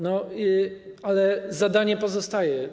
No ale zadanie pozostaje.